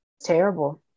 terrible